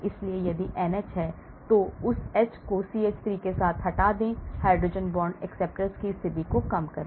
इसलिए यदि NH है तो उस H को CH3 के साथ हटा दें हाइड्रोजन बांड acceptor की स्थिति को कम करें